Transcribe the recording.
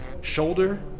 shoulder